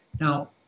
Now